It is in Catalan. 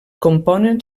componen